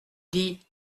dit